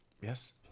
Yes